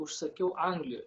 užsakiau anglijoj